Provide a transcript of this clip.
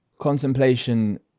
Contemplation